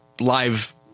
live